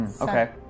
Okay